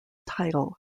title